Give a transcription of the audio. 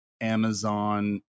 Amazon